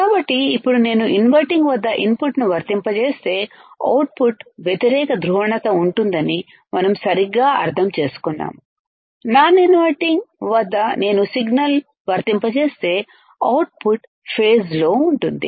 కాబట్టి ఇప్పుడు నేను ఇన్వర్టింగ్ వద్ద ఇన్పుట్ను వర్తింపజేస్తే అవుట్పుట్ వ్యతిరేక ధ్రువణత ఉంటుందని మనం సరిగ్గా అర్థం చేసుకున్నాము నాన్ ఇన్వర్టింగ్ వద్ద నేను సిగ్నల్ వర్తింపజేస్తే అవుట్పుట్ ఫేస్ లో ఉంటుంది